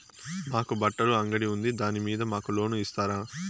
మాకు బట్టలు అంగడి ఉంది దాని మీద మాకు లోను ఇస్తారా